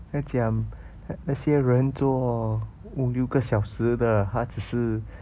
他讲那些人做五六个小时的他只是